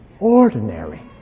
ordinary